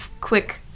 quick